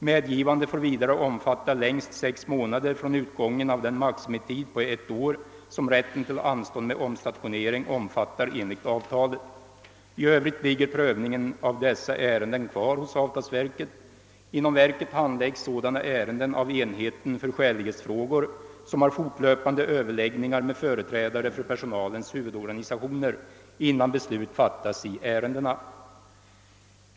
Medgivande får vidare omfatta längst sex månader från utgången av den maximitid på ett år som rätten till anstånd med omstationering omfattar enligt avtalet. I övrigt ligger prövningen av dessa ärenden kvar hos avtalsverket. Inom verket handläggs sådana ärenden av enheten för skälighetsfrågor, som har fortlöpande överläggningar med företrädare för personalens huvudorganisationer innan beslut fattas i ärendena.